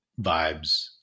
vibes